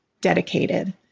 dedicated